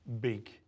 big